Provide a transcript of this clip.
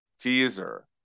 teaser